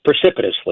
precipitously